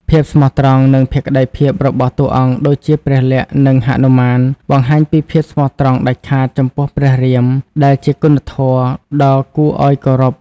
ភាពស្មោះត្រង់ និងភក្ដីភាពរបស់តួអង្គដូចជាព្រះលក្សណ៍ និងហនុមាន បង្ហាញពីភាពស្មោះត្រង់ដាច់ខាតចំពោះព្រះរាម ដែលជាគុណធម៌ដ៏គួរឱ្យគោរព ។